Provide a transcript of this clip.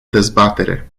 dezbatere